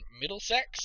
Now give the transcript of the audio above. Middlesex